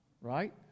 right